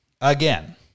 again